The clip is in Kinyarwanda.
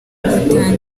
atangira